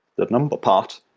the number part.